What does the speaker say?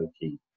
key